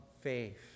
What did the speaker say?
faith